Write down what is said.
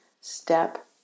step